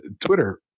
Twitter